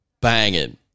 banging